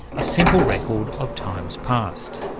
a simple record of times past.